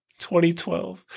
2012